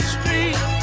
Street